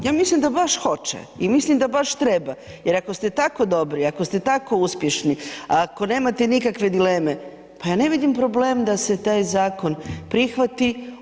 Ja mislim da baš hoće i mislim da baš treba jer ako ste tako dobri i ako ste tako uspješni, ako nemate nikakve dileme, pa ja ne vidim problem da se taj zakon prihvati.